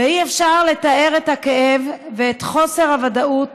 אי-אפשר לתאר את הכאב ואת חוסר הוודאות